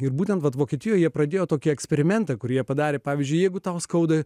ir būtent vokietijoje pradėjo tokie eksperimentai kurie padarė pavyzdžiui jeigu tau skauda